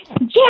Yes